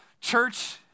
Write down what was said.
church